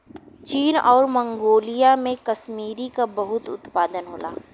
चीन आउर मन्गोलिया में कसमीरी क बहुत उत्पादन होला